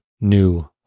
new